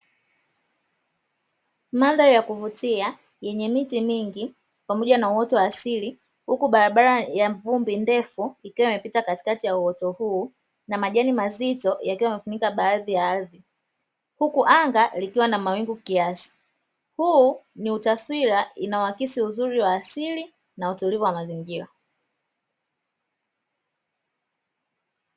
Mandhari ya kuvutia yenye miti mingi pamoja na uoto wa asili, huku barabara ya vumbi ndefu ikiwa imepita katikati ya uoto huu na majani mazito yakiwa yamefunika baadhi ya ardhi, huku anga likiwa na mawingu kiasi, huu ni utaswira inaohakisi uzuri wa asili na utulivu wa mazingira.